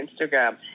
Instagram